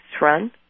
run